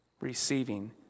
Receiving